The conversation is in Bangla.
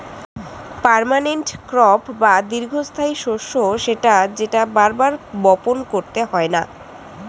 পার্মানেন্ট ক্রপ বা দীর্ঘস্থায়ী শস্য সেটা যেটা বার বার বপণ করতে হয়না